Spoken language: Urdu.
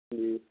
جی